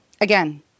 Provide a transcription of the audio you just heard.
Again